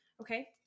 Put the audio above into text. Okay